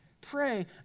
pray